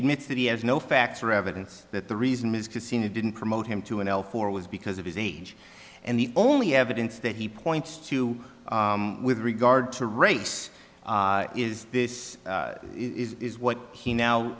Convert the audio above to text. admits that he has no facts or evidence that the reason ms casino didn't promote him to an l four was because of his age and the only evidence that he points to with regard to race is this is what he now